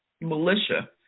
militia